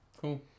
cool